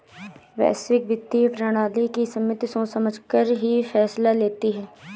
वैश्विक वित्तीय प्रणाली की समिति सोच समझकर ही फैसला लेती है